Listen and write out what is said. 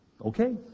okay